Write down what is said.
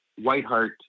Whiteheart